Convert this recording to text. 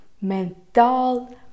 mental